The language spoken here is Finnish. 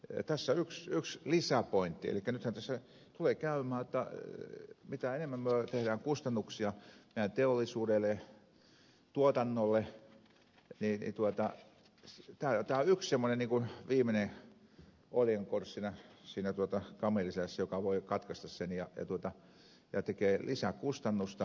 tässä yksi lisäpointti elikkä nythän tässä tulee käymään niin jotta mitä enemmän me teemme kustannuksia meidän teollisuudelle tuotannolle niin tämä on yksi semmoinen viimeinen oljenkorsi siinä kamelin selässä joka voi katkaista sen ja tekee lisäkustannusta